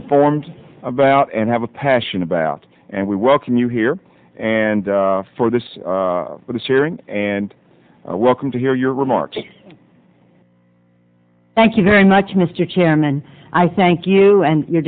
informed about and have a passion about and we welcome you here and for this for the sharing and welcome to hear your remarks thank you very much mr chairman i thank you and your